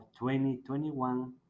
2021